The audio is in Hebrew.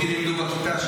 אותי לימדו בכיתה,